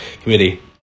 committee